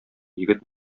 егет